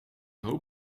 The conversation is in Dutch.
hoop